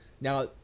Now